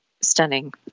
stunning